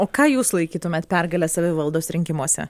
o ką jūs laikytumėt pergale savivaldos rinkimuose